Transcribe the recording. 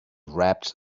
wrapped